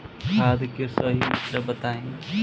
खाद के सही मात्रा बताई?